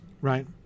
Right